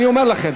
אני אומר לכם.